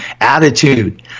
attitude